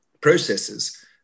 processes